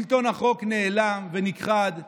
שלטון החוק נעלם ונכחד,